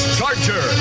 Charger